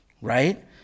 right